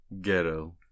Ghetto